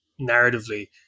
narratively